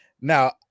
Now